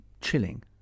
chilling